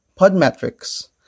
Podmetrics